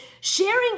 sharing